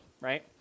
right